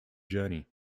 journey